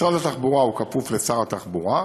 משרד התחבורה כפוף לשר התחבורה,